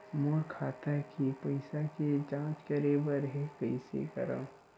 मोर खाता के पईसा के जांच करे बर हे, कइसे करंव?